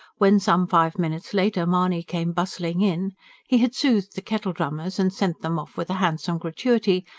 when, some five minutes later, mahony came bustling in he had soothed the kettledrummers and sent them off with a handsome gratuity,